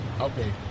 Okay